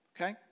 okay